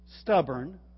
stubborn